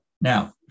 Now